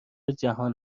جهان